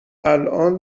الان